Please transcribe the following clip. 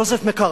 ג'וזף מקארתי,